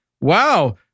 wow